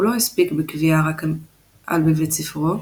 הוא לא הסתפק בקביעה רק על בבית ספרו,